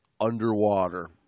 underwater